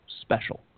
special